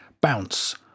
bounce